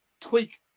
tweak